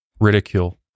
ridicule